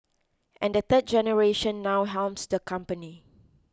and the third generation now helms the company